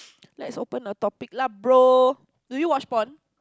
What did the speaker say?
let's open a topic lah bro do you watch porn